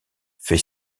fait